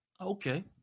Okay